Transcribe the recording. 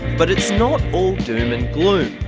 but it's not all doom and gloom.